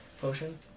potion